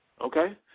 okay